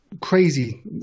crazy